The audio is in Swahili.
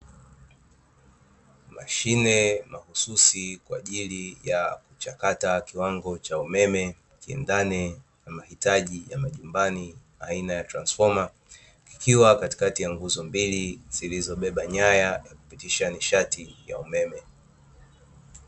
Mashine mahususi kwa ajili ya kuchakata kiwango cha umeme, kiendane na mahitaji ya nyumbani baina ya transfoma, ikiwa katikati ya nguzo mbili zilizobeba nyaya kupitisha nishati ya umeme.